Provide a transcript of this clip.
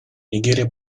нигерия